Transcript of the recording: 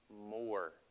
more